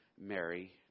Mary